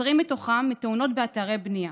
20 מתוכם בתאונות באתרי בנייה.